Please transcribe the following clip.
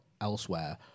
elsewhere